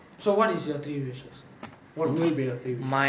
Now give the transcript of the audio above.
so what is your three wishes what would be your three wishes